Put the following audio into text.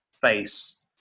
face